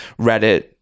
reddit